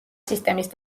სისტემის